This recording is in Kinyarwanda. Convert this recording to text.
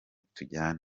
tujyane